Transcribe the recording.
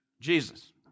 Jesus